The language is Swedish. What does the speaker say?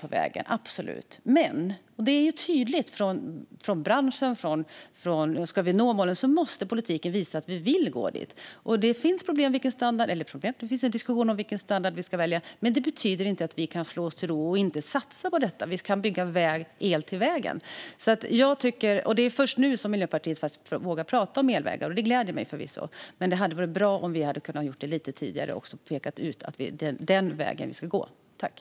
Men från branschen och andra är det tydligt: Ska vi nå målen måste politiken visa att vi vill det. Det finns en diskussion om vilken standard vi ska välja, men det betyder inte att vi kan slå oss till ro och inte satsa på detta. Det är först nu som Miljöpartiet vågar prata om elvägar, och det gläder mig förvisso, men det hade varit bra om vi redan lite tidigare hade kunnat peka ut att detta är något vi ska satsa på.